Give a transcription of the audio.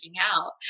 out